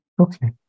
okay